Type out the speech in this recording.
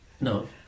No